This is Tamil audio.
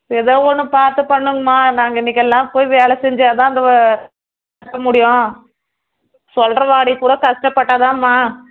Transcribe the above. எதோ ஒன்று பார்த்து பண்ணுங்கம்மா நாங்கள் இன்றைக்கெல்லாம் போய் வேலை செஞ்சால்தான் அந்த கட்ட முடியும் சொல்றவாடிக்கூட கஷ்டப்பட்டால்தாம்மா